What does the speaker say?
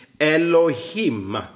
Elohim